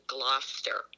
Gloucester